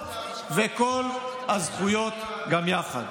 החובות וכל הזכויות גם יחד.